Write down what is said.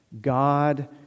God